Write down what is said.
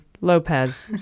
Lopez